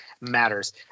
matters